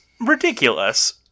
ridiculous